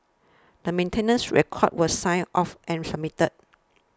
the maintenance records were signed off and submitted